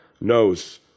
knows